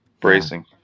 bracing